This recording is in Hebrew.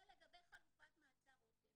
זה לגבי חלופת מעצר 'רותם'.